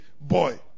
boy